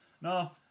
No